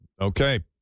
Okay